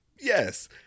yes